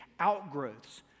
outgrowths